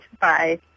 Bye